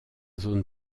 zone